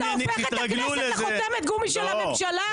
אתה הופך את הכנסת לחותמת גומי של הממשלה?